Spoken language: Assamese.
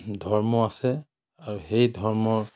ধৰ্ম আছে আৰু সেই ধৰ্ম